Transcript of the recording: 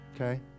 Okay